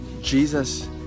Jesus